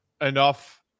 enough